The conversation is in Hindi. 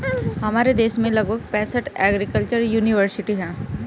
हमारे देश में लगभग पैंसठ एग्रीकल्चर युनिवर्सिटी है